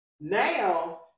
Now